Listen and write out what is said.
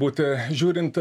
būti žiūrint